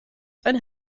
einen